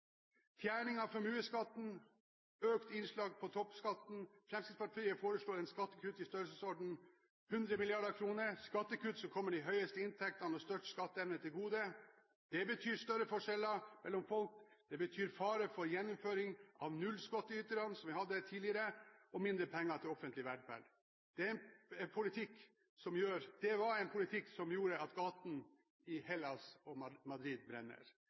Fjerning av formuesskatten, økt innslag for toppskatten: Fremskrittspartiet foreslår et skattekutt i størrelsesorden 100 mrd. kr – skattekutt som kommer dem med høyest inntekt og størst skatteevne til gode. Det betyr større forskjeller mellom folk, det betyr fare for gjeninnføring av nullskatteyterne, som vi hadde tidligere, og mindre penger til offentlig velferd. Det er en politikk som gjør at gatene i Hellas og Madrid brenner.